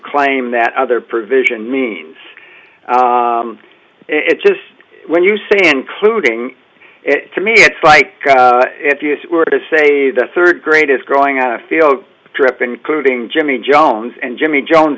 claim that other provisions mean it just when you say including it to me it's like if you were to say that third grade is growing on a field trip including jimmy jones and jimmy jones